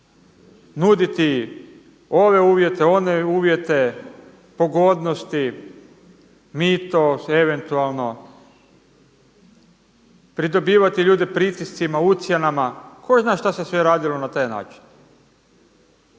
nudite ove uvjete, one uvjete pogodnosti, mito eventualno, pridobivati ljude pritiscima, ucjenama tko zna šta se sve radilo na taj način.